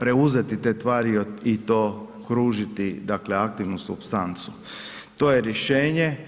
preuzeti te tvari i to kružiti dakle aktivnu supstancu, to je rješenje.